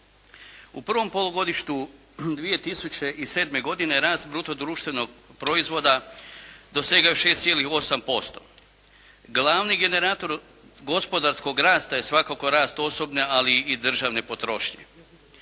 U prvom polugodištu 2007. godine rast bruto društvenog proizvoda dosegao je 6,8%. Glavni generator gospodarskog rasta je svakako rast osobne ali i državne potrošnje.